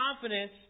confidence